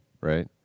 right